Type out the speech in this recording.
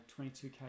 22k